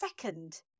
second